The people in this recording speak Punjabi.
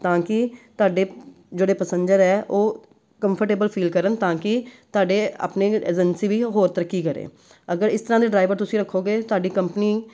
ਤਾਂ ਕਿ ਤੁਹਾਡੇ ਜਿਹੜੇ ਪਸੈਂਜਰ ਹੈ ਉਹ ਕੰਫਰਟੇਬਲ ਫੀਲ ਕਰਨ ਤਾਂ ਕਿ ਤੁਹਾਡੇ ਆਪਣੇ ਏਜੰਸੀ ਵੀ ਹੋਰ ਤਰੱਕੀ ਕਰੇ ਅਗਰ ਇਸ ਤਰ੍ਹਾਂ ਦੇ ਡਰਾਈਵਰ ਤੁਸੀਂ ਰੱਖੋਂਗੇ ਤੁਹਾਡੀ ਕੰਪਨੀ